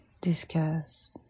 discuss